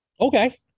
Okay